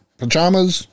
pajamas